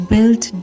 Built